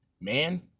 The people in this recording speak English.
Man